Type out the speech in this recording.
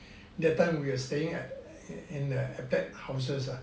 that time we are staying at in the attap houses ah